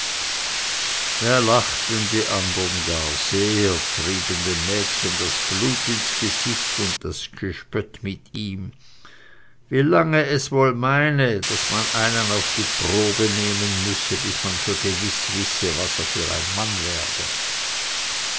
da lachten die andern gar sehr trieben dem mädchen das blut ins gesicht und das gespött mit ihm wie lange es wohl meine daß man einen auf die probe nehmen müsse bis man für gewiß wisse was er für ein mann werde